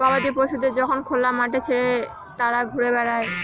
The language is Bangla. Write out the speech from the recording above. গবাদি পশুদের যখন খোলা মাঠে ছেড়ে তারা ঘুরে বেড়ায়